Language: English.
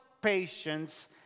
patience